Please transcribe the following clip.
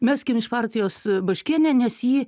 meskim iš partijos baškienę nes ji